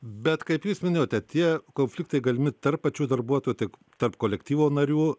bet kaip jūs minėjote tie konfliktai galimi tarp pačių darbuotojų tiek tarp kolektyvo narių